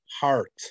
heart